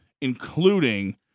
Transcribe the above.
including